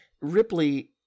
Ripley